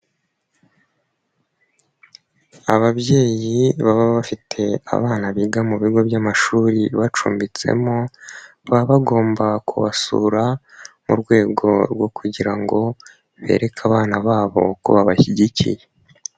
Ababyeyi baba bafite abana biga mu bigo by'amashuri bacumbitsemo, baba bagomba kubasura mu rwego rwo kugira ngo bereke abana babo uko babashyigikiye.